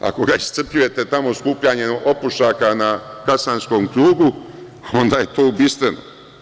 Ako ga iscrpljujete tamo skupljanjem opušaka na kasanskom krugu, onda je to ubistveno.